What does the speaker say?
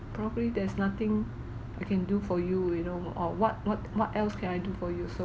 probably there's nothing I can do for you you know or what what what else can I do for you so